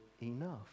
enough